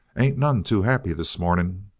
ain't none too happy this morning.